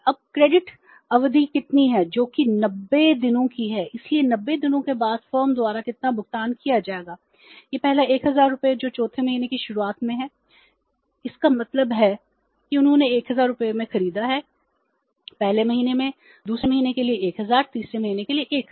अब क्रेडिट अवधि कितनी है जो कि 90 दिनों की है इसलिए 90 दिनों के बाद फर्म द्वारा कितना भुगतान किया जाएगा यह पहला 1000 रुपये जो चौथे महीने की शुरुआत में है इसका मतलब है कि उन्होंने 1000 रुपये में खरीदा है पहले महीने में दूसरे महीने के लिए 1000 तीसरे महीने के लिए 1000